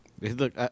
Look